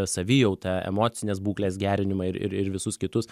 savijautą emocinės būklės gerinimą ir ir visus kitus